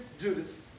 Judas